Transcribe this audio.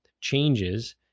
changes